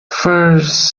firs